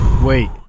Wait